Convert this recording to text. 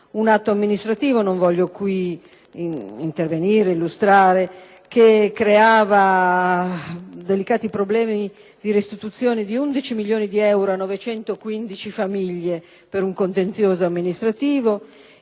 un atto amministrativo - non voglio qui illustrarlo - che creava delicati problemi di restituzione di 11 milioni di euro a 915 famiglie per un contenzioso amministrativo;